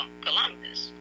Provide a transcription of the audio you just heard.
Columbus